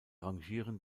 rangieren